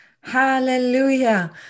Hallelujah